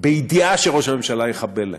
בידיעה שראש הממשלה יחבל להם.